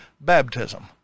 baptism